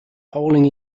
polling